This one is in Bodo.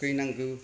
थुखैनांगौ